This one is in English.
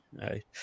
right